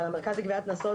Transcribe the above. אבל המרכז לגביית קנסות,